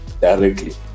directly